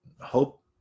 hope